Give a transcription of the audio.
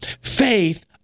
faith